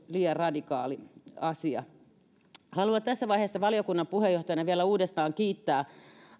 liian radikaali asia haluan tässä vaiheessa valiokunnan puheenjohtajana vielä uudestaan kiittää